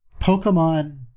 Pokemon